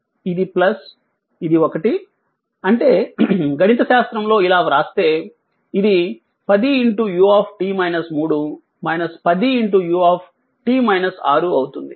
ఇది ఇది ఒకటి అంటే గణితశాస్త్రంలో ఇలా వ్రాస్తే ఇది 10u 10u అవుతుంది